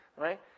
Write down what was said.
right